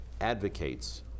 advocates